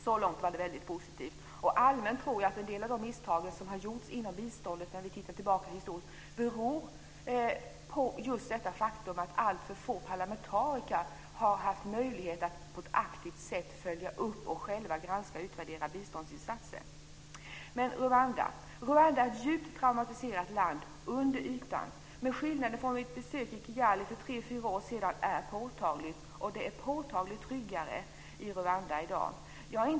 Så långt var det positivt. Vid en historisk tillbakablick tror jag allmänt att en del av de misstag som har gjorts beror på just det faktum att alltför få parlamentariker har haft möjlighet att på ett aktivt sätt följa upp och själva granska och utvärdera biståndsinsatser. Rwanda är under ytan ett djupt traumatiserat land. Men skillnaden från mitt besök i Kigali för tre fyra år sedan är påtaglig. Det är påtagligt tryggare i Rwanda i dag.